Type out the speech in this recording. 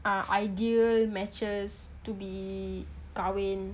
uh ideal matches to be kahwin